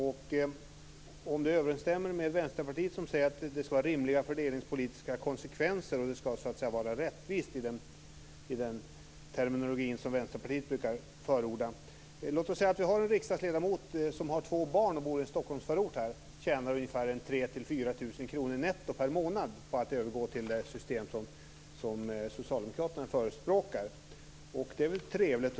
Överensstämmer er uppfattning med Vänsterpartiets, som säger att det skall vara rimliga fördelningspolitiska konsekvenser och att det skall vara rättvist med den terminologi som Vänsterpartiet brukar förorda? Låt oss säga att vi har en riksdagsledamot som har två barn och bor i en Stockholmsförort och tjänar 3 000-4 000 kr netto per månad på att övergå till det system som Socialdemokraterna förespråkar. Det är väl trevligt.